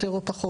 יותר או פחות.